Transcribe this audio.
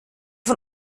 von